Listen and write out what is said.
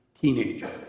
teenager